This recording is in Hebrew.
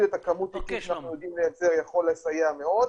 את הכמות הזאת שאנחנו יודעים לייצר יכול לסייע מאוד.